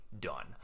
done